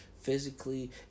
physically